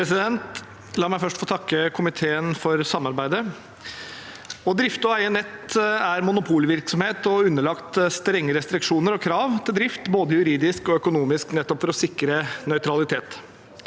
for saken): La meg først få takke komiteen for samarbeidet. Å drifte og eie nett er monopolvirksomhet og underlagt strenge restriksjoner og krav til drift, både juridisk og økonomisk, nettopp for å sikre nøytralitet.